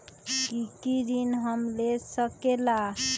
की की ऋण हम ले सकेला?